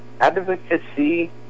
advocacy